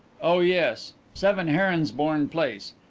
oh yes, seven heronsbourne place.